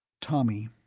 tommy,